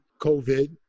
COVID